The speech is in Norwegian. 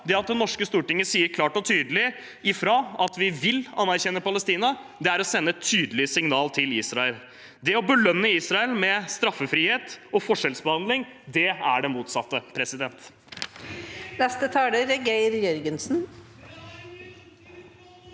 Det at det norske Stortinget sier klart og tydelig fra at vi vil anerkjenne Palestina, er å sende et tydelig signal til Israel. Det å belønne Israel med straffefrihet og forskjellsbehandling er det motsatte. Geir